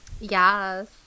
Yes